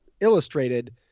illustrated